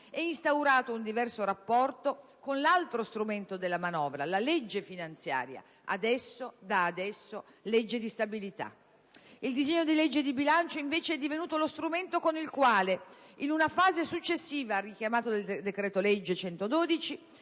ed instaurato un diverso rapporto con l'altro strumento della manovra, la legge finanziaria, da adesso legge di stabilità. Il disegno di legge di bilancio, invece, è divenuto lo strumento con il quale, in una fase successiva al richiamato decreto-legge n.